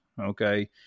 Okay